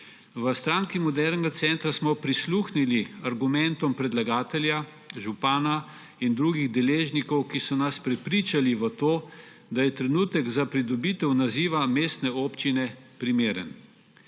V Stranki modernega centra smo prisluhnili argumentom predlagatelja, župana in drugih deležnikov, ki so nas prepričali v to, da je trenutek za pridobitev naziva mestne občine primeren.